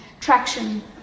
traction